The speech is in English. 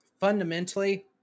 fundamentally